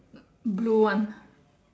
blue one